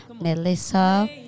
Melissa